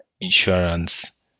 insurance